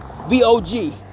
V-O-G